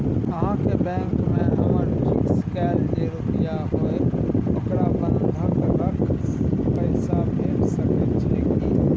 अहाँके बैंक में हमर फिक्स कैल जे रुपिया हय ओकरा बंधक रख पैसा भेट सकै छै कि?